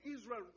Israel